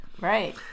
Right